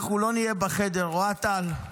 אנחנו לא נהיה בחדר, אוהד טל,